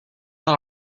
lot